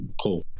cool